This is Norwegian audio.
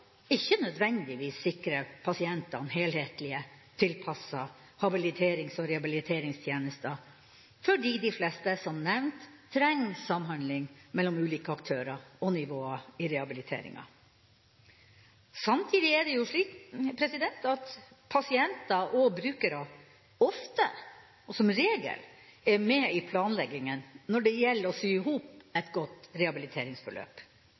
ikke nødvendigvis sikrer pasientene helhetlige, tilpassede habiliterings- og rehabiliteringstjenester, fordi de fleste, som nevnt, trenger samhandling mellom ulike aktører og nivåer i rehabiliteringa. Samtidig er det jo slik at pasienter og brukere ofte og som regel er med i planlegginga når det gjelder å sy i hop et godt rehabiliteringsforløp.